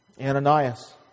Ananias